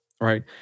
right